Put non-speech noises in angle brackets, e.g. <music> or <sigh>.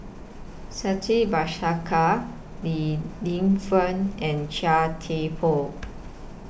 <unintelligible> Bhaskar Li Lienfung and Chia Thye Poh